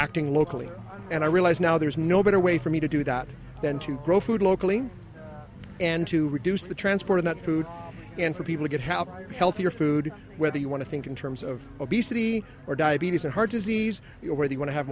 acting locally and i realize now there's no better way for me to do that than to grow food locally and to reduce the transport of that food and for people to get help healthier food whether you want to think in terms of obesity or diabetes or heart disease you know where they want to have